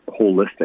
holistic